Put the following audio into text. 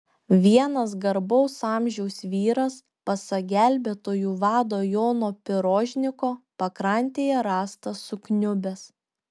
vienas garbaus amžiaus vyras pasak gelbėtojų vado jono pirožniko pakrantėje rastas sukniubęs